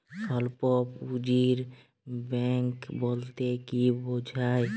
স্বল্প পুঁজির ব্যাঙ্ক বলতে কি বোঝায়?